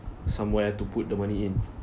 somewhere to put the money in